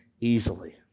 easily